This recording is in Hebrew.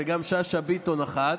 וגם שאשא ביטון אחת.